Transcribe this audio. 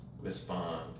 respond